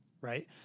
Right